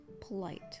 polite